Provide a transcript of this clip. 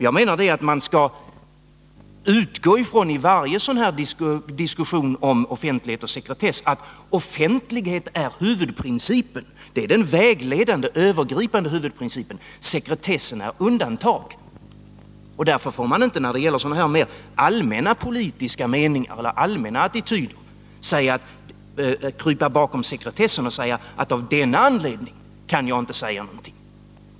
Jag menar att man i varje sådan här diskussion om offentlighet och sekretess skall utgå ifrån att offentlighet är den vägledande, övergripande huvudprincipen, medan sekretessen är undantaget. Därför får man inte när det gäller sådana här, mera allmänna politiska meningar eller attityder krypa bakom sekretessen och säga att man av den anledningen inte kan säga någonting.